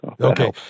Okay